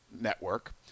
network